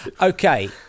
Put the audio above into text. Okay